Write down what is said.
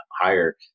higher